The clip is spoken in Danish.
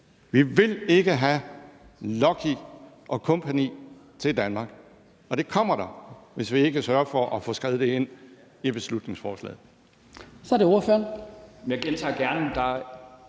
vi vil ikke have Lucky og kompagni til Danmark, og det kommer til at ske, hvis vi ikke sørger for at få skrevet det ind i beslutningsforslaget.